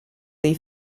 dei